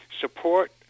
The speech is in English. support